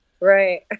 Right